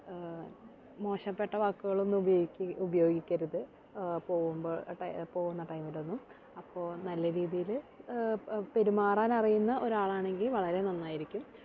മോശപ്പെട്ട വാക്കുകളൊന്നും ഉപയോഗിക്ക ഉപയോഗിക്കരുത് പോവുമ്പോൾ പോവുന്ന ടൈമിലൊന്നും അപ്പോൾ നല്ല രീതിയിൽ പെരുമാറാൻ അറിയുന്ന ഒരാളാണെങ്കിൽ വളരെ നന്നായിരിക്കും